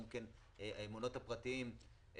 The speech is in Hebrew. גם המעונות הפרטיים,